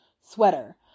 sweater